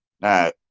now